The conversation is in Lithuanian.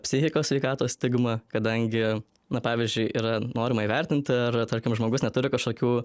psichikos sveikatos stigma kadangi na pavyzdžiui yra norima įvertinti ar tarkim žmogus neturi kažkokių